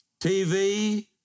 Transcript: TV